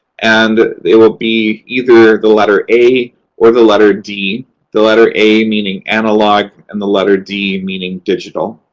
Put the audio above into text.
and they will be either the letter a or the letter d the letter a meaning analog, and the letter d meaning digital.